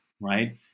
right